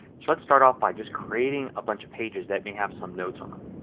so let's start off by just creating a bunch of pages that may have some notes on them.